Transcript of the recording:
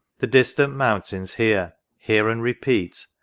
the distant mountains hear. hear and repeat,